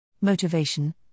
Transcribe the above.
Motivation